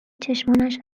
چشمانش